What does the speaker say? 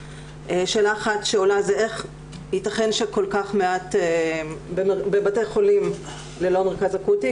שאלה אחת שעולה זה איך ייתכן שכל כך מעט בבתי חולים ללא מרכז אקוטי,